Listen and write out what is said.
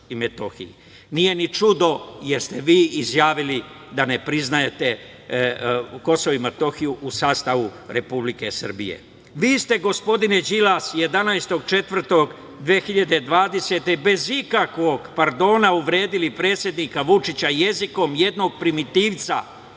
Nije ni čudo jer ste vi izjavili da ne priznajete Kosovo i Metohiju u sastavu Republike Srbije. Vi ste, gospodine Đilas, 11. aprila 2020. godine, bez ikakvog pardona uvredili predsednika Vučića jezikom jednog primitivca,